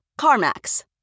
CarMax